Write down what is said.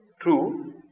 true